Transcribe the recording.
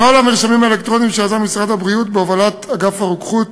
נוהל המרשמים האלקטרוניים שיזם משרד הבריאות בהובלת אגף הרוקחות